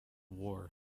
war